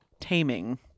taming